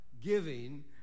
giving